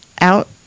out